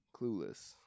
Clueless